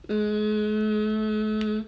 um